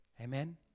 Amen